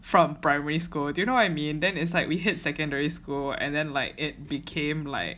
from primary school do you know what I mean then it's like we hit secondary school and then like it became like